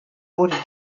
wurde